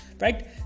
right